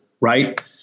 Right